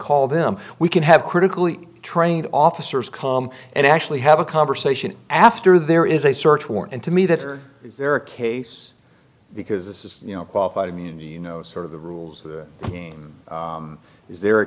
call them we can have critically trained officers come and actually have a conversation after there is a search warrant and to me that or is there a case because this is you know qualified immunity you know sort of the rules of the game is there a